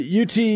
UT